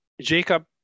Jacob